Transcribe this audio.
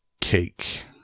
cake